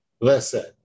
Listen